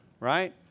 Right